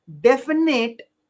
definite